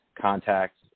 contacts